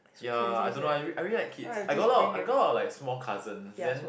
ya I don't know I re~ I really like kids I got a lot of I got a lot of like small cousins then